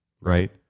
Right